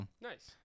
Nice